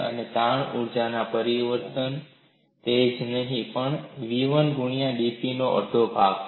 અને તાણ ઊર્જામાં પરિવર્તન એ કઈ નહીં પણ v1 ગુણ્યા dp નો અડધો ભાગ છે